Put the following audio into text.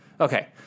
Okay